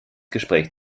gespräch